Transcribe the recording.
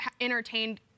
entertained